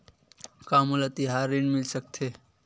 का मोला तिहार ऋण मिल सकथे?